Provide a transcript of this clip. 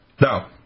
Now